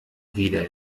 wieder